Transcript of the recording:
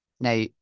now